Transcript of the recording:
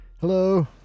hello